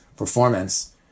performance